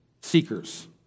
seekers